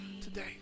today